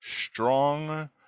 strong